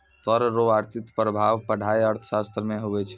कर रो आर्थिक प्रभाब पढ़ाय अर्थशास्त्र मे हुवै छै